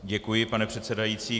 Děkuji, pane předsedající.